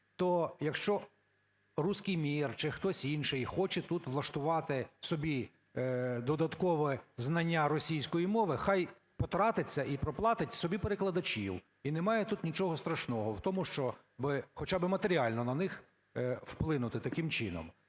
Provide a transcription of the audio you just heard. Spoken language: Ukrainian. То якщо "русский мир" чи хтось інший хоче тут влаштувати собі додаткове знання російської мови, хай потратиться і проплатить собі перекладачів. І немає тут нічого страшного в тому, щоб хоча б матеріально на них вплинути таким чином.